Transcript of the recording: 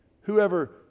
whoever